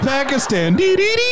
Pakistan